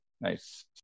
Nice